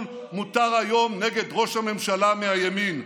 מותר היום נגד ראש הממשלה מהימין.